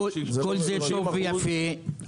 כל זה טוב ויפה,